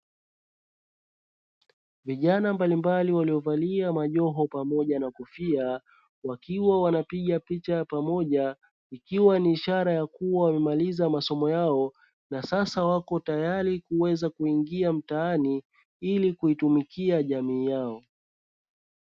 Vijana mbalimbali waliovalia majoho pamoja na kofia, wakiwa wanapiga picha ya pamoja ikiwa ni ishara ya kuwa wamemaliza masomo yao, na sasa wako tayari kuweza kuingia mtaani ili kuitumikia jamii yao.